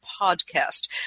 podcast